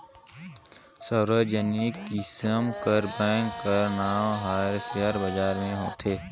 सार्वजनिक किसिम कर बेंक कर नांव हर सेयर बजार में होथे